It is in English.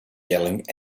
yelling